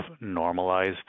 normalized